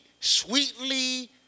Sweetly